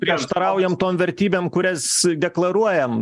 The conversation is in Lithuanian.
prieštaraujam tom vertybėm kurias deklaruojam